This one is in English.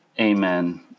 Amen